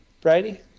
Brady